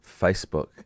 Facebook